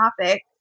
topic